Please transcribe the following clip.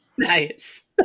nice